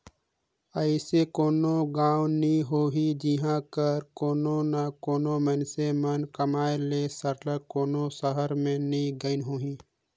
अइसे कोनो गाँव नी होही जिहां कर कोनो ना कोनो मइनसे मन कमाए ले सरलग कोनो सहर में नी गइन होहीं